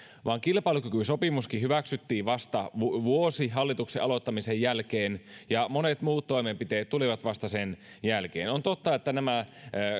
vaan kilpailukykysopimuskin hyväksyttiin vasta vuosi hallituksen aloittamisen jälkeen ja monet muut toimenpiteet tulivat vasta sen jälkeen on totta että nämä